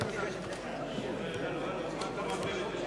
למה אתה מערבב את זה?